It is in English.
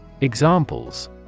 Examples